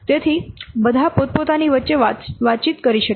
તેથી બધા પોતપોતાની વચ્ચે વાતચીત કરી શકે છે